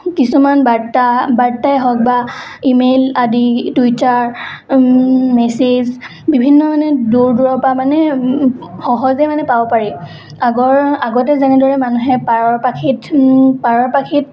কিছুমান বাৰ্তা বাৰ্তাই হওক বা ই মেইল আদি টুইটাৰ মেচেজ বিভিন্ন মানে দূৰ দূৰৰ পৰা মানে সহজে মানে পাব পাৰি আগৰ আগতে যেনেদৰে মানুহে পাৰৰ পাখিত পাৰৰ পাখিত